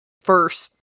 First